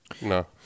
no